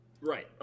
Right